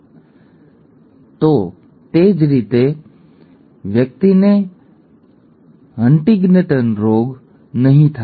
બંને નાના નાના છે બરાબર છે તો જ તે વ્યક્તિને હંટિંગ્ટનનો રોગ નહીં થાય